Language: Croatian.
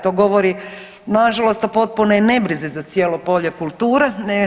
To govori nažalost o potpunoj nebrizi za cijelo polje kulture.